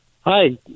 hi